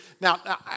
Now